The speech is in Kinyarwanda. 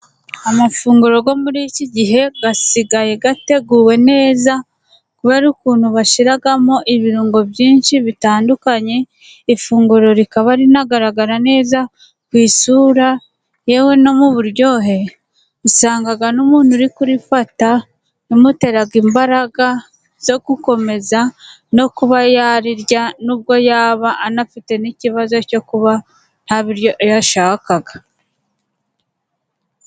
Amafunguro yo muri iki gihe asigaye ateguwe neza kubera ukuntu bashyiramo ibirungo byinshi bitandukanye. Ifunguro rikaba rinagaragara neza ku isura yewe no muburyohe usanga n'umuntu uri kurifata rimutera imbaraga zo gukomeza no kuba yarirya nubwo yaba anafite n'ikibazo cyo kuba ntabiryo yashakaga.